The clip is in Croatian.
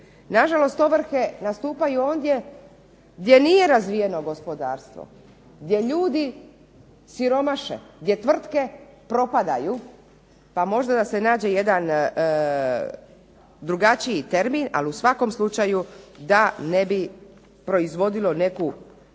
Nažalost, ovrhe nastupaju ondje gdje nije razvijeno gospodarstvo, gdje ljudi siromaše, gdje tvrtke propadaju pa možda da se nađe jedan drugačiji termin, ali u svakom slučaju da ne bi proizvodilo neko